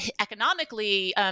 economically